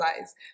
eyes